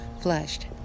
flushed